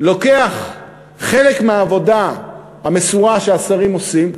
לוקח חלק מהעבודה המסורה שהשרים עושים,